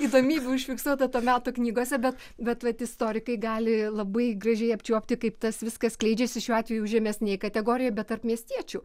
įdomybių užfiksuota to meto knygose bet bet vat istorikai gali labai gražiai apčiuopti kaip tas viskas skleidžiasi šiuo atveju žemesnėj kategorijoj bet tarp miestiečių